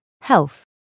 Health